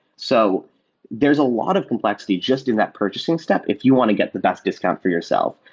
so there's a lot of complexity just in that purchasing step if you want to get the best discount for yourself,